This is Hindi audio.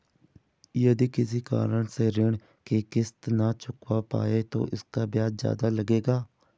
यदि किसी कारण से ऋण की किश्त न चुका पाये तो इसका ब्याज ज़्यादा लगेगा?